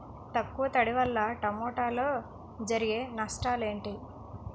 తక్కువ తడి వల్ల టమోటాలో జరిగే నష్టాలేంటి?